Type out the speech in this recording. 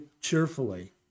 cheerfully